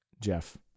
Jeff